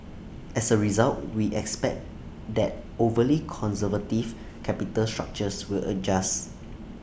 as A result we expect that overly conservative capital structures will adjust